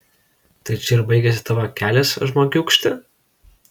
tai čia ir baigiasi tavo kelias žmogiūkšti